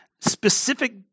specific